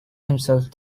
himself